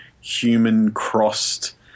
human-crossed